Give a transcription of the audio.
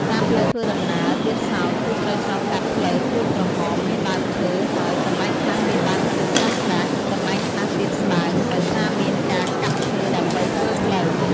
តាមផ្លូវធ្វើដំណើរទៀតសោត គឺត្រូវឆ្លងកាត់ផ្លូវក្រួសក្រហម មានដើមឈើ ហើយ កន្លែងខ្លះមានដើមឈើក្រាស់ៗ កន្លែងខ្លះទៀតស្ដើង ដោយសារមានការកាប់ឈើដើម្បីធ្វើផ្លូវ។